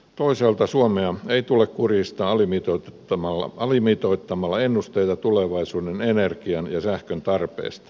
toisaalta suomea ei tule kurjistaa alimitoittamalla ennusteita tulevaisuuden energian ja sähkön tarpeesta